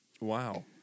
Wow